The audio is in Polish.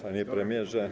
Panie Premierze!